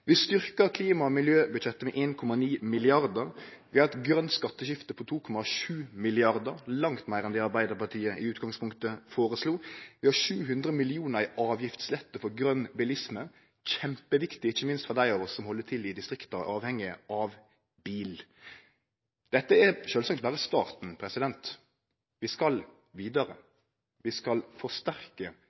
Vi styrkjer klima- og miljøbudsjettet med 1,9 mrd. kr. Vi har eit grønt skatteskifte på 2,7 mrd. kr – langt meir enn det Arbeidarpartiet i utgangspunktet føreslo. Vi har 700 mill. kr i avgiftslettar for grøn bilisme – kjempeviktig ikkje minst for dei av oss som held til i distrikta og er avhengige av bil. Dette er sjølvsagt berre starten. Vi skal vidare. Vi skal forsterke